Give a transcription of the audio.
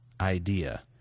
idea